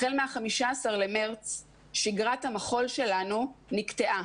החל מה-15 במרץ שגרת המחול שלנו נקטעה,